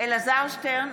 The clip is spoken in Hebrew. אלעזר שטרן,